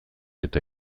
eta